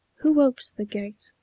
who opes the gate,